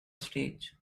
stage